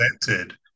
presented